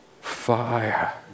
fire